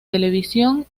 televisión